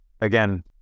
again